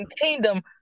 kingdom